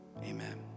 amen